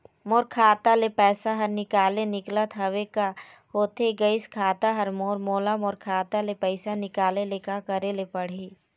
मोर खाता ले पैसा हर निकाले निकलत हवे, का होथे गइस खाता हर मोर, मोला मोर खाता ले पैसा निकाले ले का करे ले पड़ही?